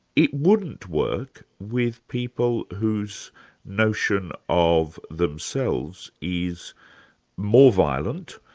it wouldn't work with people whose notion of themselves is more violent,